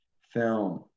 film